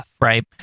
right